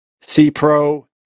C-Pro